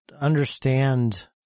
understand